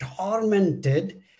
tormented